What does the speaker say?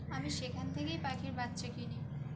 আমি সেখান থেকেই পাখির বাচ্চা কিনি